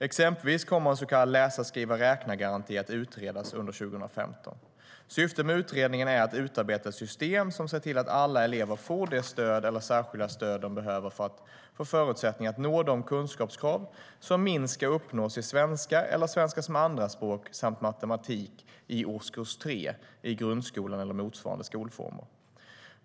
Exempelvis kommer en så kallad läsa-skriva-räkna-garanti att utredas under 2015.Syftet med utredningen är att utarbeta ett system som ser till att alla elever får det stöd eller särskilda stöd de behöver för att få förutsättningar att nå de kunskapskrav som minst ska uppnås i svenska eller svenska som andraspråk samt matematik i årskurs 3 i grundskolan och motsvarande skolformer.